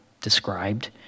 described